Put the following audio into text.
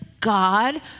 God